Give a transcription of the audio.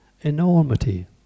enormity